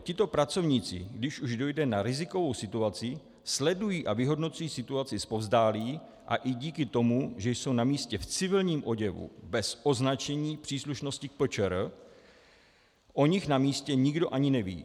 Tito pracovníci, když už dojde na rizikovou situaci, sledují a vyhodnocují situaci zpovzdálí a i díky tomu, že jsou na místě v civilním oděvu, bez označení příslušnosti k PČR, o nich na místě nikdo ani neví.